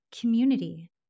community